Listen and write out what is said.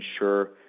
ensure